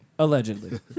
Allegedly